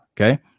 okay